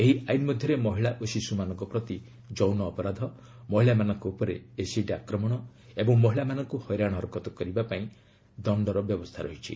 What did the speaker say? ଏହି ଆଇନ ମଧ୍ୟରେ ମହିଳା ଓ ଶିଶୁମାନଙ୍କ ପ୍ରତି ଯୌନ ଅପରାଧ ମହିଳାମାନଙ୍କ ଉପରେ ଏସିଡ୍ ଆକ୍ରମଣ ଓ ମହିଳାମାନଙ୍କୁ ହଇରାଣ ହରକତ କରାଇବା ପାଇଁ ଦଣ୍ଡର ବ୍ୟବସ୍ଥା ରହିଛି